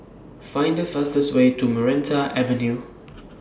Find The fastest Way to Maranta Avenue